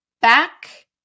back